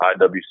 IWC